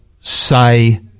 say